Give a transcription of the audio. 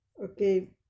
okay